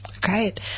Great